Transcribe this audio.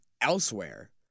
elsewhere